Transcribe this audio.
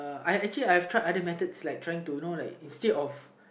I actually I have tried other methods like trying to you know like instead of